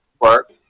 work